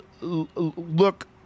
look